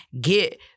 get